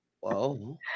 Whoa